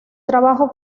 trabajo